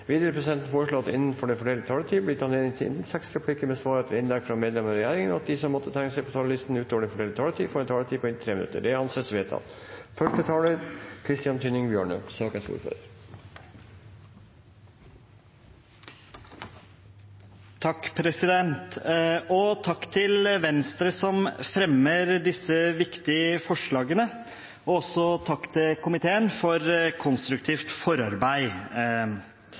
Videre vil presidenten foreslå at det – innenfor den fordelte taletid – blir gitt anledning til inntil seks replikker med svar etter innlegg fra medlemmer av regjeringen, og at de som måtte tegne seg på talerlisten utover den fordelte taletid, får en taletid på inntil 3 minutter. – Det anses vedtatt. Takk til Venstre, som fremmer disse viktige forslagene, og takk til komiteen for konstruktivt forarbeid